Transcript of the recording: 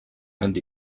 and